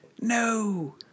No